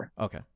Okay